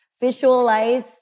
visualize